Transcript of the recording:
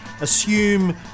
assume